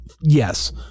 Yes